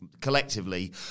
collectively